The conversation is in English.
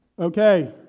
Okay